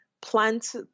plant